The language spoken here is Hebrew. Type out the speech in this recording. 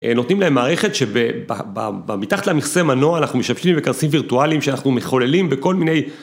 נותנים להם מערכת שמתחת למכסה מנוע אנחנו משתמשים בקרסים וירטואליים שאנחנו מחוללים בכל מיני...